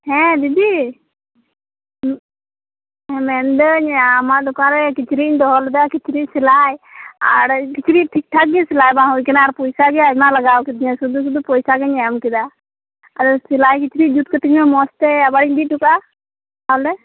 ᱦᱮᱸ ᱫᱤᱫᱤ ᱢᱮᱱᱫᱟᱧ ᱟᱢᱟᱜ ᱫᱚᱠᱟᱱ ᱨᱮ ᱠᱤᱪᱨᱤᱡ ᱤᱧ ᱫᱚᱦᱚ ᱞᱮᱫᱟ ᱠᱤᱪᱨᱤᱡ ᱥᱮᱞᱟᱤ ᱠᱤᱪᱨᱤᱡ ᱴᱤᱠ ᱴᱷᱟᱠ ᱜᱮ ᱥᱮᱞᱟᱤ ᱵᱟᱝ ᱦᱩᱭ ᱟᱠᱟᱱᱟ ᱟᱨ ᱯᱚᱭᱥᱟ ᱜᱮ ᱟᱭᱢᱟ ᱞᱟᱜᱟᱣ ᱠᱤᱫᱤᱧᱟ ᱥᱩᱫᱷᱩ ᱥᱩᱫᱷᱩ ᱯᱚᱭᱥᱟ ᱜᱮᱧ ᱮᱢ ᱠᱮᱫᱟ ᱟᱫᱚ ᱥᱮᱞᱟᱤ ᱠᱤᱪᱨᱤᱡ ᱡᱩᱛ ᱠᱟᱹᱛᱤᱧ ᱢᱮ ᱟᱵᱟᱨ ᱤᱧ ᱤᱫᱤ ᱚᱴᱚ ᱠᱟᱜᱼᱟ ᱛᱟᱦᱚᱞᱮ